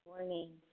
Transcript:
morning